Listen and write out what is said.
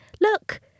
Look